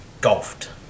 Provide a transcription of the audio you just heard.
golfed